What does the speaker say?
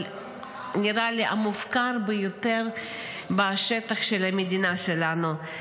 אבל נראה לי המופקר ביותר בשטח המדינה שלנו.